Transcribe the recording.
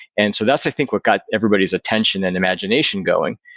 and so that's i think what got everybody's attention and imagination going.